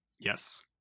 Yes